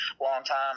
longtime